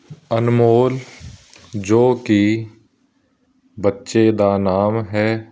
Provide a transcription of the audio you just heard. ਅਨਮੋਲ ਜੋ ਕਿ ਬੱਚੇ ਦਾ ਨਾਮ ਹੈ